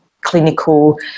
clinical